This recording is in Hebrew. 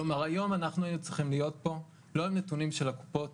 כלומר היום אנחנו היינו צריכים להיות פה לא עם נתונים של הקופות